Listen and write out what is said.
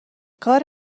کار